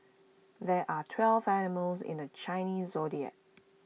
there are twelve animals in the Chinese Zodiac